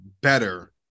better